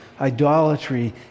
idolatry